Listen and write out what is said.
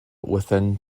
within